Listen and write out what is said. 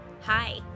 Hi